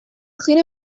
clean